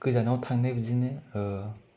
गोजानाव थानाय बिदिनो